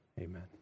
Amen